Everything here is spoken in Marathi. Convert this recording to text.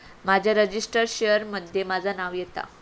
माझ्या रजिस्टर्ड शेयर मध्ये माझा नाव येता